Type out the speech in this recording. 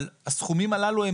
אבל הסכומים הללו,